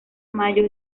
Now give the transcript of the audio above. mayo